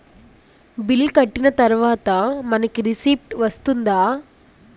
Bill కట్టిన తర్వాత మనకి రిసీప్ట్ వస్తుందా?